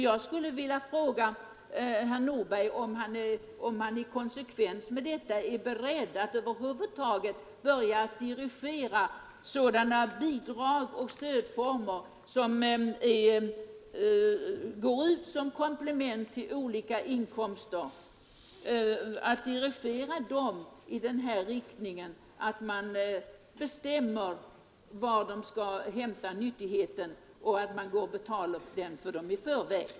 Jag skulle vilja fråga herr Nordberg om han i konsekvens med sin hållning i denna fråga är beredd att över huvud taget börja dirigera sådana bidrag och stödformer som går ut som komplement till olika inkomster i den riktningen att man bestämmer var de skall hämta nyttigheten och att man betalar för dem i förväg.